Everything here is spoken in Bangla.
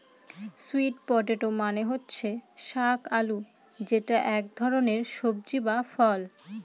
স্যুইট পটেটো মানে হচ্ছে শাক আলু যেটা এক ধরনের সবজি বা ফল